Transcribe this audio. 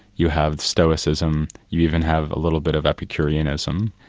you have stoicism, you even have a little bit of epicureanism.